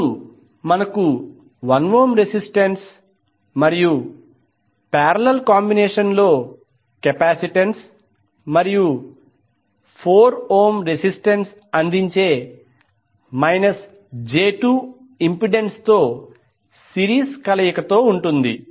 అప్పుడు మనకు 1 ohm resistance మరియు పారేలల్ కాంబినేషన్ లో కెపాసిటెన్స్ మరియు 4 ఓం రెసిస్టెన్స్ అందించే మైనస్ j 2 ఇంపెడెన్స్ తో సిరీస్ కలయికతో ఉంటుంది